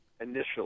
initially